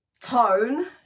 tone